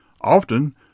Often